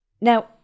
Now